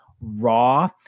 raw